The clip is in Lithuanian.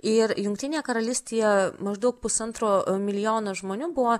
ir jungtinėje karalystėje maždaug pusantro milijono žmonių buvo